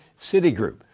Citigroup